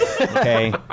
Okay